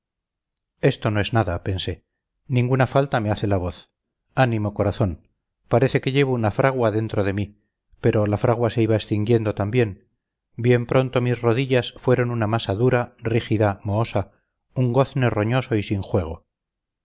esto no es nada pensé ninguna falta me hace la voz ánimo corazón parece que llevo una fragua dentro de mí pero la fragua se iba extinguiendo también bien pronto mis rodillas fueron una masa dura rígida mohosa un gozne roñoso y sin juego